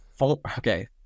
okay